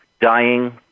dying